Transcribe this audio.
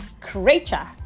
creature